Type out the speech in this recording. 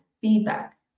feedback